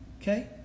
Okay